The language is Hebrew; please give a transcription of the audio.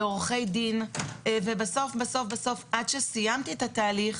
לעורכי דין ובסוף בסוף עד שסיימתי את התהליך,